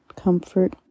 Comfort